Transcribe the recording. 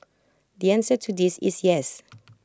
the answer to this is yes